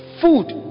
food